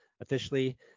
officially